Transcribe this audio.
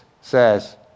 says